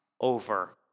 over